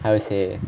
还有谁